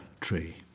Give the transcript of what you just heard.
tree